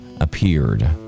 appeared